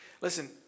Listen